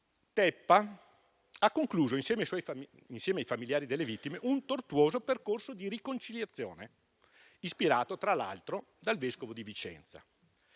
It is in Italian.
Teppa ha concluso, insieme ai familiari delle vittime, un tortuoso percorso di riconciliazione, ispirato tra l'altro dal vescovo di Vicenza